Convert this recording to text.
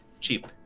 Cheap